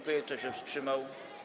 Kto się wstrzymał?